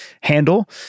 handle